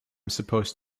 supposed